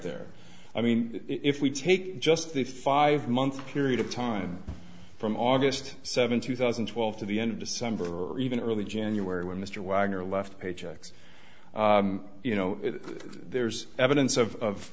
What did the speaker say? there i mean if we take just the five month period of time from august seventh two thousand and twelve to the end of december or even early january when mr wagner left paychecks you know there's evidence